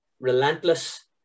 relentless